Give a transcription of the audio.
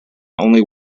only